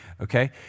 okay